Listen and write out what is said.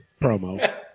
promo